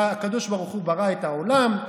הקדוש ברוך הוא ברא את העולם,